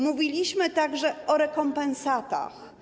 Mówiliśmy także o rekompensatach.